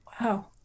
wow